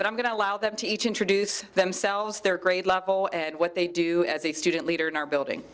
but i'm going to allow them to each introduce themselves their grade level and what they do as a student leader in our building